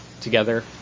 together